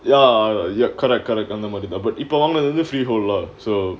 ya ya correct correct அந்த மாரி தான் இப்ப வாங்குறது வந்து:antha maari thaan ippa vaanggurathu vanthu freehold lah so